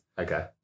Okay